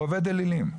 הוא עובד אלילים.